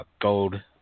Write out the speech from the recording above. Gold